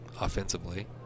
offensively